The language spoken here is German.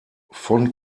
von